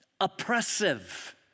oppressive